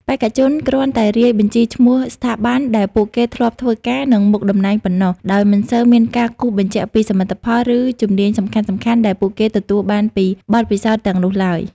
បេក្ខជនគ្រាន់តែរាយបញ្ជីឈ្មោះស្ថាប័នដែលពួកគេធ្លាប់ធ្វើការ និងមុខតំណែងប៉ុណ្ណោះ ដោយមិនសូវមានការគូសបញ្ជាក់ពីសមិទ្ធផល ឬជំនាញសំខាន់ៗដែលពួកគេទទួលបានពីបទពិសោធន៍ទាំងនោះឡើយ។